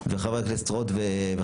מעברים,